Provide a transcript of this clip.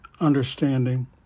Understanding